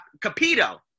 Capito